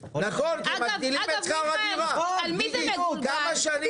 נכון, כי הם מעלים את שכר הדירה.